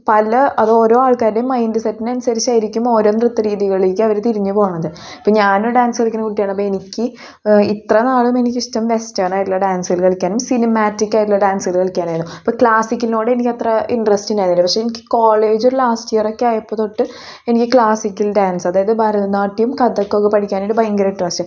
പല അത് ഓരോ ആൾക്കാരുടെയും മൈൻഡ് സെറ്റിന് അനുസരിച്ച് ആയിരിക്കും ഓരോ നൃത്ത രീതികളിലേക്ക് അവർ തിരിഞ്ഞു പോകണത് ഇപ്പോൾ ഞാൻ ഒരു ഡാൻസ് കളിക്കുന്ന കുട്ടിയാണ് അപ്പോൾ എനിക്ക് ഇത്രനാളും എനിക്ക് ഇഷ്ടം വെസ്റ്റേൺ ആയിട്ടുള്ള ഡാൻസ് കളിക്കാനും സിനിമാറ്റിക് ആയിട്ടുള്ള ഡാൻസ് കളിക്കാനും ആയിരുന്നു അപ്പോൾ ക്ലാസിക്കിനോട് എനിക്ക് അത്ര ഇൻട്രസ്റ്റ് ഉണ്ടായിരുന്നില്ല പക്ഷേ കോളേജ് ഒരു ലാസ്റ്റ് ഇയർ ഒക്കെ ആയപ്പോൾ തൊട്ട് എനിക്ക് ക്ലാസിക്കൽ ഡാൻസ് അതായത് ഭാരതനാട്യം കഥക് ഒക്കെ പഠിക്കാൻ ആയിട്ട് എനിക്ക് ഭയങ്കര ഇൻട്രസ്റ്റ്